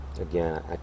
Again